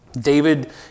David